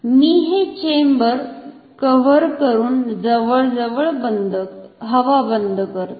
मी हे chamber cover करून जवळजवळ हवाबंद करतो